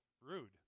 rude